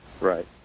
Right